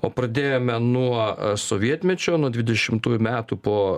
o pradėjome nuo sovietmečio nuo dvidešimtųjų metų po